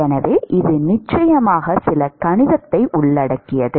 எனவே இது நிச்சயமாக சில கணிதத்தை உள்ளடக்கியது